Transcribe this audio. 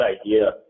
idea